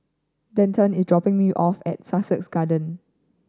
Denton is dropping me off at Sussex Garden